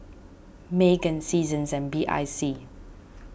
Megan Seasons and B I C